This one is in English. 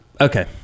Okay